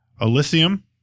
Elysium